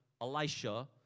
Elisha